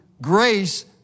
grace